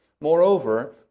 Moreover